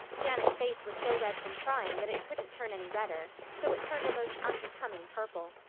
janet's face was so red from crying that it couldn't turn any redder, so it turned a most unbecoming purple.